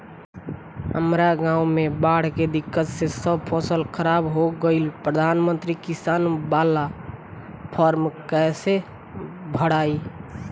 हमरा गांव मे बॉढ़ के दिक्कत से सब फसल खराब हो गईल प्रधानमंत्री किसान बाला फर्म कैसे भड़ाई?